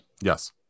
Yes